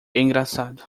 engraçado